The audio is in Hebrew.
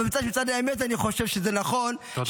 אבל האמת שאני חושב שזה נכון -- תודה.